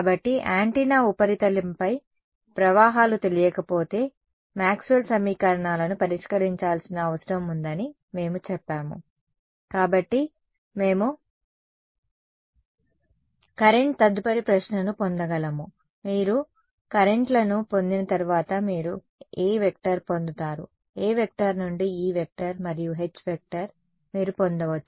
కాబట్టి యాంటెన్నా ఉపరితలంపై ప్రవాహాలు తెలియకపోతే మాక్స్వెల్ సమీకరణాలను పరిష్కరించాల్సిన అవసరం ఉందని మేము చెప్పాము కాబట్టి మేము కరెంట్ తదుపరి ప్రశ్నను పొందగలము మీరు కరెంట్ లను పొందిన తర్వాత మీరు A పొందుతారు A నుండి E మరియు H మీరు పొందవచ్చు